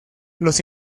los